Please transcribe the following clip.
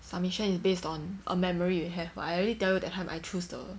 submission is based on a memory you have but I already tell you that time I choose the